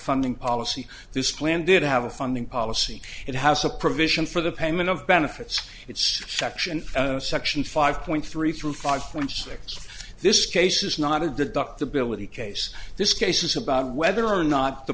funding policy this plan did have a funding policy it has a provision for the payment of benefits it's section section five point three through five point six this case is not a deductibility case this case is about whether or not the